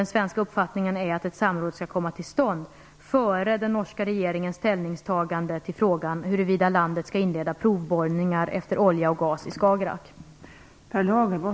Den svenska uppfattningen är att ett samråd skall komma till stånd före den norska regeringens ställningstagande till frågan huruvida landet skall inleda provborrningar efter olja och gas i Skagerrak.